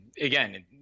again